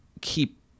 keep